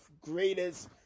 greatest